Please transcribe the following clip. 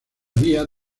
vía